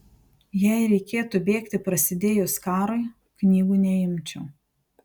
jei reikėtų bėgti prasidėjus karui knygų neimčiau